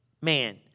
man